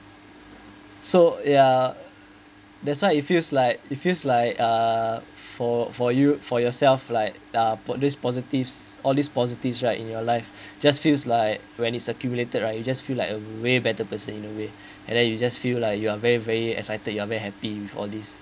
so ya that's why it feels like it feels like uh for for you for yourself like uh produce positives all these positives right in your life just feels like when is accumulated right you just feel like a way better person in a way and then you just feel like you are very very excited you are very happy with all these